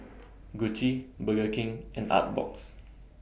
Gucci Burger King and Artbox